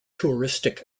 touristic